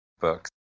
books